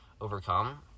overcome